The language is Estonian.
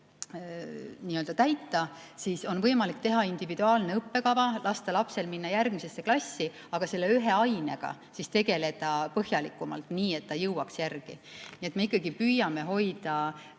sees täita, siis on võimalik teha individuaalne õppekava, lasta lapsel minna järgmisesse klassi, aga selle ühe ainega siis tegeleda põhjalikumalt, nii et ta jõuaks järele. Me ikkagi püüame hoida